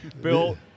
Bill